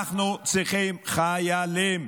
אנחנו צריכים חיילים.